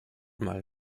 mal